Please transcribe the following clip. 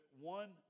one